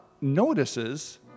notices